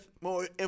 more